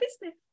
business